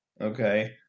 okay